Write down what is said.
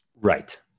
right